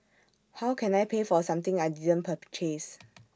how can I pay for something I didn't purchase